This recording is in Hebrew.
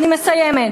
אני מסיימת.